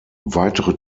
weitere